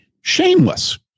shameless